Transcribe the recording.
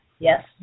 Yes